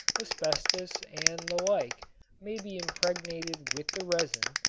asbestos and the like may be impregnated with the resin,